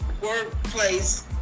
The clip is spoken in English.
workplace